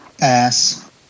Ass